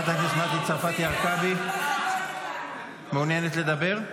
חברת הכנסת מטי צרפתי הרכבי, מעוניינת לדבר?